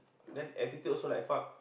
then attitude also like fuck